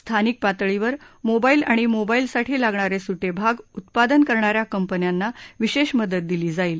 स्थानिक पातळीवर मोबाईल आणि मोबाईल साठी लागणारे सुटे भाग उत्पादन करणाऱ्या कंपन्यांना विशेष मदत दिली जाईल